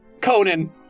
Conan